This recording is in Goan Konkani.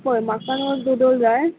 पय म्हाका न्हू दोदल जाय